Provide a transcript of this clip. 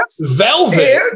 velvet